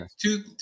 two